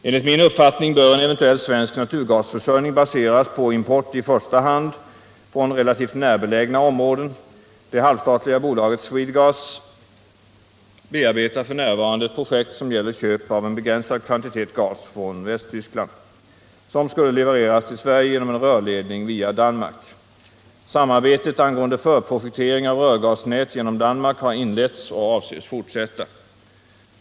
Enligt min uppfattning bör en eventuell svensk naturgasförsörjning baseras på import i första hand från relativt närbelägna områden. Det halvstatliga bolaget Swedegas bearbetar f. n. ett projekt som gäller köp av en begränsad kvantitet gas från Västtyskland, som skulle levereras till Sverige genom en rörledning via Danmark. Samarbetet angående förprojektering av rörgasnät genom Danmark har inletts och avses fortsätta.